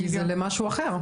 כי זה למשהו אחר.